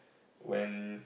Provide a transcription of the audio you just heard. when